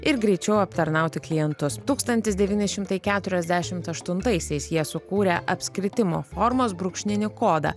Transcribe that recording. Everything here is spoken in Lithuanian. ir greičiau aptarnauti klientus tūkstantis devyni šimtai keturiasdešimt aštuntaisiais jie sukūrė apskritimo formos brūkšninį kodą